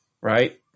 right